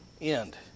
end